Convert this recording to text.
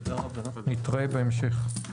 נתראה בהמשך.